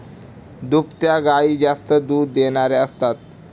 दुभत्या गायी जास्त दूध देणाऱ्या असतात